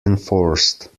enforced